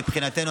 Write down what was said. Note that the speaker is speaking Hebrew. מבחינתנו,